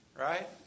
right